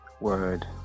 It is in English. Word